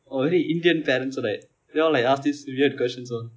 only indian parents right they all ask these weird questions one